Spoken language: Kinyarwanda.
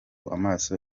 amaso